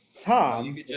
Tom